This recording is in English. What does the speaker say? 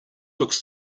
looks